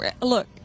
look